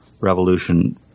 revolution